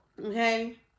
Okay